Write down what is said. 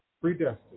predestined